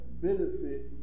benefit